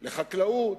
לחקלאות,